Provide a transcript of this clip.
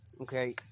Okay